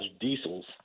Diesels